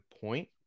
point